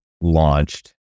launched